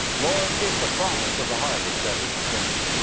lord, it's a promise of the harvest that is to come.